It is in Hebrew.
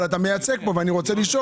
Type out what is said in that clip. אבל אתה מייצג פה ואני רוצה לשאול.